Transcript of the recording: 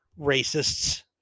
Racists